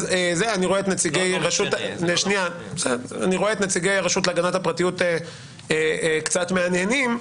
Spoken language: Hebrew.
אז זה אני רואה את נציגי הרשות להגנת הפרטיות קצת מהנהנים,